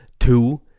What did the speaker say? two